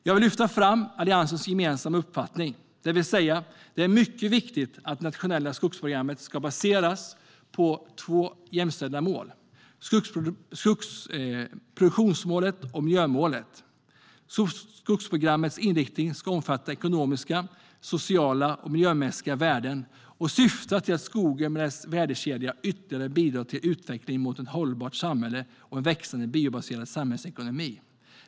Jag vill lyfta fram alliansens gemensamma uppfattning, det vill säga att det är mycket viktigt att det nationella skogsprogrammet ska baseras på två jämställda mål: produktionsmålet och miljömålet. Skogsprogrammets inriktning ska omfatta ekonomiska, sociala och miljömässiga värden och syfta till att skogen och dess värdekedja ytterligare bidrar till utvecklingen mot ett hållbart samhälle och en växande biobaserad samhällsekonomi.